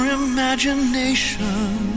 imagination